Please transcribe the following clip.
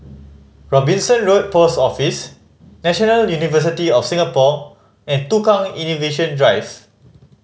Robinson Road Post Office National University of Singapore and Tukang Innovation Drive